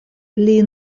pli